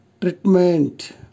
treatment